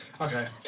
Okay